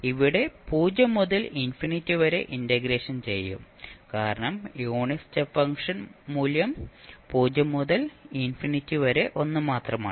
ഇവിടെയും 0 മുതൽ ഇൻഫിനിറ്റി വരെ ഇന്റഗ്രേഷൻ ചെയ്യും കാരണം യൂണിറ്റ് സ്റ്റെപ്പ് ഫംഗ്ഷൻ മൂല്യം 0 മുതൽ ഇൻഫിനിറ്റി വരെ 1 മാത്രമാണ്